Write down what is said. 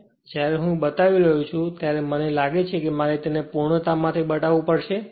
તેથી જ્યારે હું તે બતાવી રહ્યો છું ત્યારે મને લાગે છે કે મારે તે પૂર્ણતા માટે બતાવવું પડશે